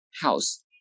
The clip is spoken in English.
house